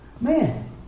Man